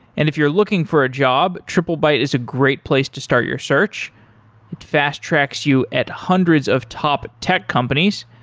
if you're looking for a job, triplebyte is a great place to start your search. it fast tracks you at hundreds of top tech companies.